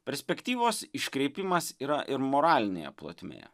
perspektyvos iškreipimas yra ir moralinėje plotmėje